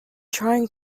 trying